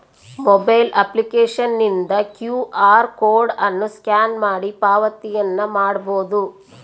mobile ಅಪ್ಲಿಕೇಶನ್ನಿಂದ Q R code ಅನ್ನು scan ಮಾಡಿ ಪಾವತಿಯನ್ನ ಮಾಡಬೊದು